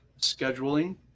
scheduling